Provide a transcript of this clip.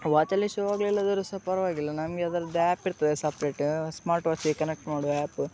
ವಾಚಲ್ಲಿ show ಆಗಲಿಲ್ಲಾದ್ರು ಸಹ ಪರವಾಗಿಲ್ಲ ನಮಗೆ ಅದರದ್ದು ಆ್ಯಪ್ ಇರ್ತದೆ ಸಪ್ರೇಟ್ ಸ್ಮಾರ್ಟ್ ವಾಚಿಗೆ ಕನೆಕ್ಟ್ ಮಾಡುವ ಆ್ಯಪ್